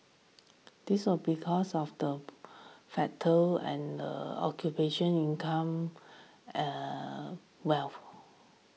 this of because of the factor and occupation income eh wealth